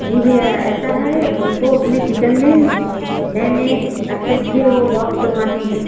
जी भैया ऐसा है हमको अपने किचन में नए नए अच्छे अच्छे वो बॉक्स बनवाने हैं